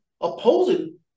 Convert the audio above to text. opposing